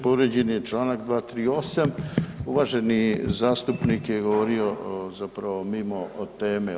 Povrijeđen je Članak 238., uvaženi zastupnik je govorio zapravo mimo teme.